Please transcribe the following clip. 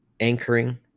anchoring